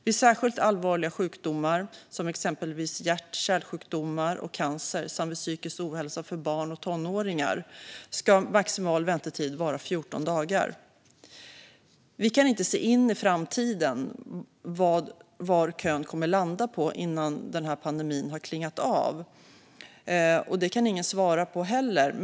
Vid särskilt allvarliga sjukdomar, exempelvis hjärt-kärlsjukdomar och cancer, samt vid psykisk ohälsa hos barn och tonåringar ska maximal väntetid vara 14 dagar. Vi kan inte se in i framtiden - vad kön kommer att landa på innan pandemin har klingat av kan ingen svara på.